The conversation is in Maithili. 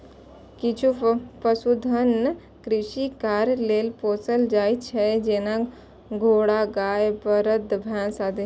किछु पशुधन कृषि कार्य लेल पोसल जाइ छै, जेना घोड़ा, गाय, बरद, भैंस आदि